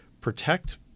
protect